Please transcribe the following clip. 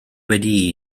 wedi